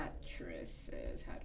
Mattresses